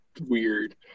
weird